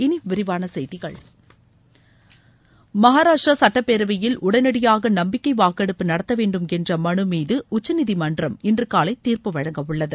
இனி விரிவான செய்திகள் மகாராஷ்டிரா சட்டப்பேரவையில் உடனடியாக நம்பிக்கை வாக்கெடுப்பு நடத்த வேண்டும் என்ற மனு மீது உச்சநீதிமன்றம் இன்று காலை தீர்ப்பு வழங்க உள்ளது